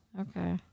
Okay